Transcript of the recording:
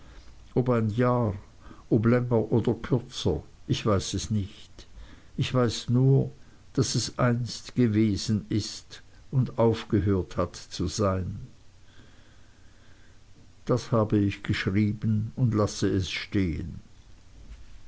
oder kürzer ich weiß es nicht ich weiß nur daß es einst gewesen ist und aufgehört hat zu sein das habe ich geschrieben und lasse es stehen